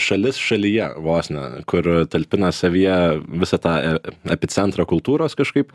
šalis šalyje vos ne kur talpina savyje visą tą epicentrą kultūros kažkaip